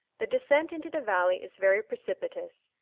the descent into the valley is very precipitous,